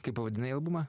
kaip pavadinai albumą